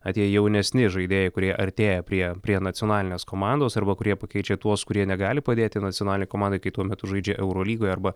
atėję jaunesni žaidėjai kurie artėja prie prie nacionalinės komandos arba kurie pakeičia tuos kurie negali padėti nacionalinei komandai kai tuo metu žaidžia eurolygoje arba